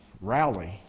rally